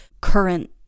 current